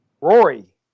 Rory